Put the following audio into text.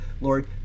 lord